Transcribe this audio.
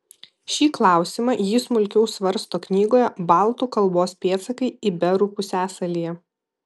šį klausimą ji smulkiau svarsto knygoje baltų kalbos pėdsakai iberų pusiasalyje